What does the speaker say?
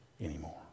anymore